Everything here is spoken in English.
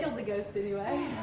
killed the ghost anyway.